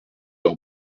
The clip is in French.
leur